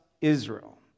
Israel